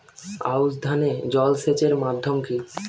আউশ ধান এ জলসেচের মাধ্যম কি?